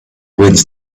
winds